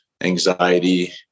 anxiety